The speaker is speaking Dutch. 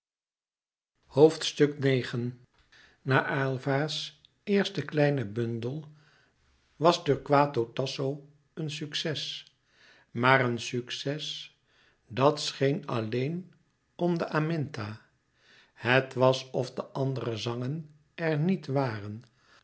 uit na aylva's eersten kleinen bundel was torquato tasso een succes maar een succes dat scheen alleen om de aminta het was of de andere zangen er niet waren